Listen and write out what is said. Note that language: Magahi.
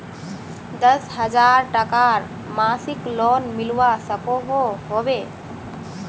दस हजार टकार मासिक लोन मिलवा सकोहो होबे?